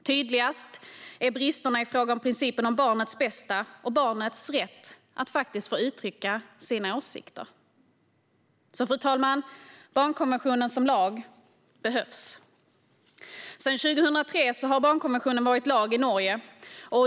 Tydligast är bristerna i fråga om principen om barnets bästa och barnets rätt att faktiskt få uttrycka sina åsikter. Så, fru talman, barnkonventionen som lag behövs. Sedan 2003 har barnkonventionen varit lag i Norge.